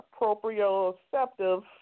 proprioceptive